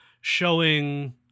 showing